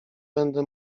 będę